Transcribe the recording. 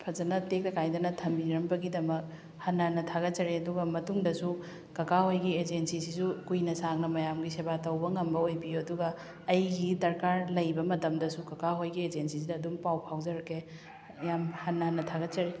ꯐꯖꯅ ꯇꯦꯛꯇ ꯀꯥꯏꯗꯅ ꯊꯕꯤꯔꯝꯕꯒꯤꯗꯃꯛ ꯍꯟꯅ ꯍꯟꯅ ꯊꯥꯒꯠꯆꯔꯤ ꯑꯗꯨꯒ ꯃꯇꯨꯡꯗꯁꯨ ꯀꯀꯥ ꯍꯣꯏꯒꯤ ꯑꯦꯖꯦꯟꯁꯤꯁꯤꯁꯨ ꯀꯨꯏꯅ ꯁꯥꯡꯅ ꯃꯌꯥꯝꯒꯤ ꯁꯦꯕꯥ ꯇꯧꯕ ꯉꯝꯕ ꯑꯣꯏꯕꯤꯌꯨ ꯑꯗꯨꯒ ꯑꯩꯒꯤ ꯗꯔꯀꯥꯔ ꯂꯩꯕ ꯃꯇꯝꯗꯁꯨ ꯀꯀꯥ ꯍꯣꯏꯒꯤ ꯑꯦꯖꯦꯟꯁꯤꯁꯤꯗ ꯑꯗꯨꯝ ꯄꯥꯎ ꯐꯥꯎꯖꯔꯛꯀꯦ ꯌꯥꯝ ꯍꯟꯅ ꯍꯟꯅ ꯊꯥꯒꯠꯆꯔꯤ